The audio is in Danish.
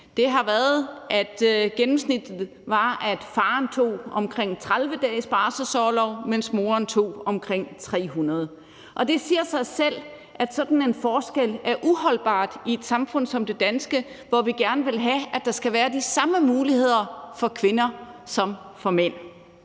vi har kendt, har gennemsnittet været, at faren tog omkring 30 dages barselsorlov, mens moren tog omkring 300, og det siger sig selv, at sådan en forskel er uholdbar i et samfund som det danske, hvor vi gerne vil have, at der skal være de samme muligheder for kvinder som for mænd.